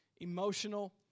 emotional